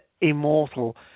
immortal